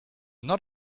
not